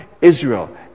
Israel